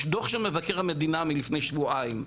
יש דוח של מבקר המדינה מלפני שבועיים,